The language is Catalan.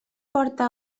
porta